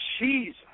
Jesus